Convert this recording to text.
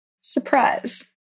Surprise